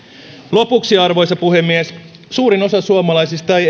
lopuksi arvoisa puhemies suurin osa suomalaisista ei